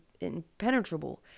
impenetrable